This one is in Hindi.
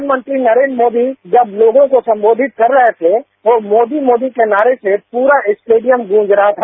प्रधानमंत्री नरेन्द्र मोदी जब लोगों को संबोधित कर रहे थे तो मोदी मोदी के नारे से पूरा स्टेडियम गूंज रहा था